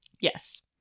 yes